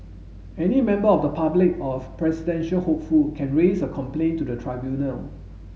any member of the public or a presidential hopeful can raise a complaint to the tribunal